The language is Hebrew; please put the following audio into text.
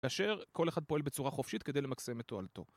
כאשר כל אחד פועל בצורה חופשית כדי למקסם את תועלתו